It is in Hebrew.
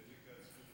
תקצרו.